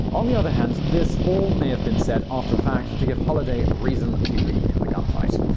on the other hand, this all may have been said after the fact to give holliday reason to be in the gunfight.